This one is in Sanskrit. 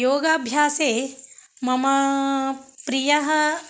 योगाभ्यासे मम प्रियं